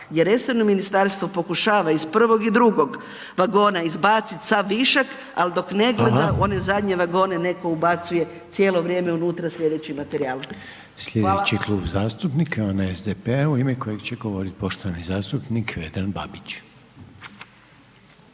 gdje resorno Ministarstvo pokušava iz prvog i drugog vagona izbaciti sav višak, ali dok ne gleda u one zadnje vagone netko ubacuje cijelo vrijeme sljedeći materijal. Hvala. **Reiner, Željko (HDZ)** Hvala. Sljedeći Klub zastupnika je onaj SDP-a u ime kojeg će govoriti poštovani zastupnik Vedran Babić.